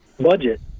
budget